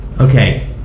Okay